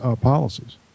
policies